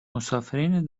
مسافرین